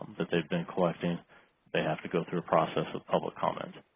that they've been collecting they have to go through a process of public comment.